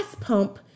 pump